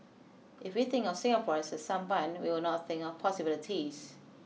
if we think of Singapore as a sampan we will not think of possibilities